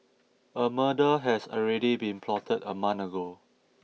a murder has already been plotted a month ago